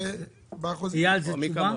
מי כמוך.